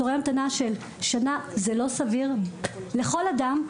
תורי המתנה של שנה זה לא סביר לכל אדם,